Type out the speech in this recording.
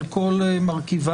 על כל מרכיביו.